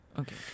Okay